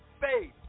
faith